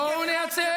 בואו נייצר,